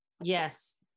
Yes